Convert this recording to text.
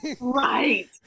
Right